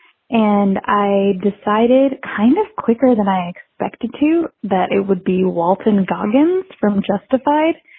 and i decided kind of quicker than i expected too, that it would be walton goggins from justified,